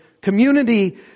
community